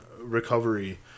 recovery